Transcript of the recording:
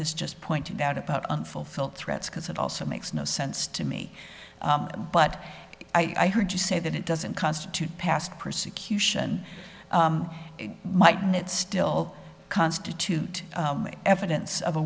has just pointed out about unfulfilled threats because it also makes no sense to me but i heard you say that it doesn't constitute past persecution might mean it still constitute evidence of a